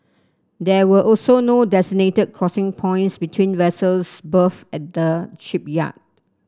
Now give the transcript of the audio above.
there were also no designated crossing points between vessels berthed at the shipyard